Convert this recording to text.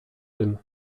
tym